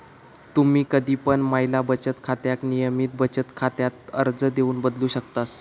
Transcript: तुम्ही कधी पण महिला बचत खात्याक नियमित बचत खात्यात अर्ज देऊन बदलू शकतास